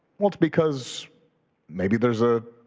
well, it's because maybe there's a